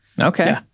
okay